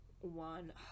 one